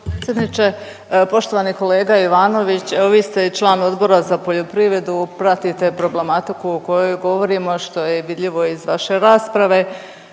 predsjedniče, poštovani kolega Ivanović, evo vi ste i član Odbora za poljoprivredu, pratite problematiku u kojoj govorimo, što je vidljivo i iz vaše rasprave.